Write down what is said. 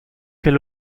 elles